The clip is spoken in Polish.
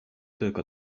tylko